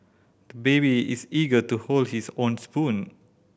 the baby is eager to hold his own spoon